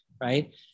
Right